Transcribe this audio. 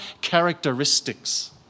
characteristics